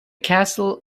castle